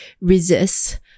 resist